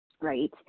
right